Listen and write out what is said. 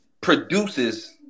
produces